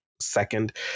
second